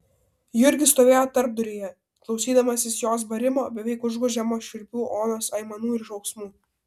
jurgis stovėjo tarpduryje klausydamas jos barimo beveik užgožiamo šiurpių onos aimanų ir šauksmų